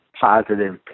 positive